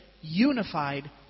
unified